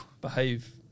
behave